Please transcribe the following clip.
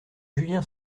julien